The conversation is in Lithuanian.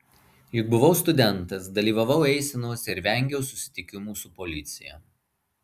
juk buvau studentas dalyvavau eisenose ir vengiau susitikimų su policija